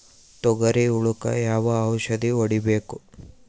ತೊಗರಿ ಹುಳಕ ಯಾವ ಔಷಧಿ ಹೋಡಿಬೇಕು?